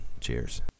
Cheers